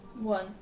One